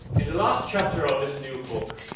in the last chapter of this new book,